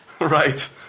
right